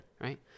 Right